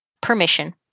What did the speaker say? permission